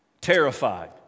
Terrified